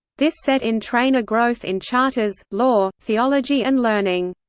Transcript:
this set in train a growth in charters, law, theology and learning.